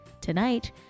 tonight